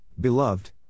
beloved